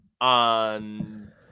on